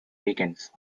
weekends